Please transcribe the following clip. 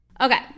Okay